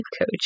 coach